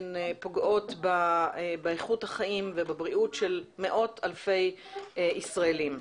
הן פוגעות באיכות החיים ובבריאות של מאות אלפי ישראלים.